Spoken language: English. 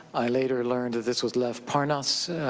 i later learned this was lev parnas.